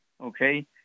okay